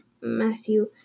Matthew